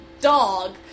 dog